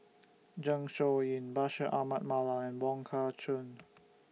Zeng Shouyin Bashir Ahmad Mallal and Wong Kah Chun